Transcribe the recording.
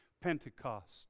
Pentecost